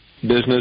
business